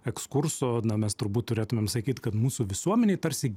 ekskurso na mes turbūt turėtumėm sakyt kad mūsų visuomenėj tarsi